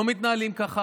לא מתנהלים כך.